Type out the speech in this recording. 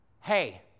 hey